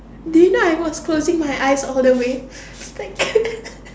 do you know I was closing my eyes all the way it's like